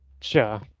Sure